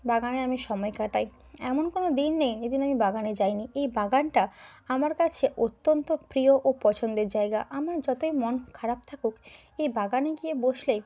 বাগানে আমি সময় কাটাই এমন কোনও দিন নেই যেদিন আমি বাগানে যাইনি এই বাগানটা আমার কাছে অত্যন্ত প্রিয় ও পছন্দের জায়গা আমার যতোই মন খারাপ থাকুক এই বাগানে গিয়ে বসলে